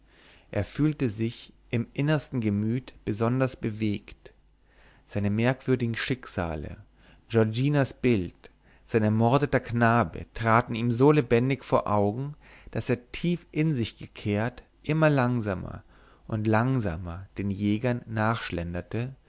er fühlte sich im innersten gemüt besonders bewegt seine merkwürdigen schicksale giorginas bild sein ermordeter knabe traten ihm so lebendig vor augen daß er tief in sich gekehrt immer langsamer und langsamer den jägern